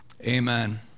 amen